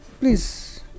Please